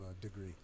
degree